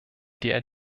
der